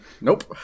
nope